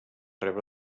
rebre